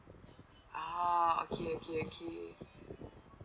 oh okay okay okay